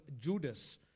judas